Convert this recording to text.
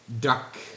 duck